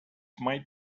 might